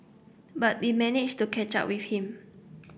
but we managed to catch up with him